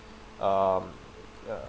um ya